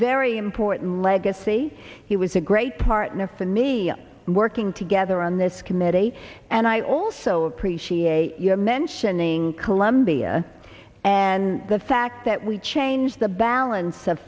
very important legacy he was a great partner for me working together on this committee and i also appreciate your mentioning colombia and the fact that we change the balance of